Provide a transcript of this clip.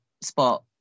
spot